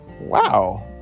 Wow